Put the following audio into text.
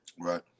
Right